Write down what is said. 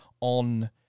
on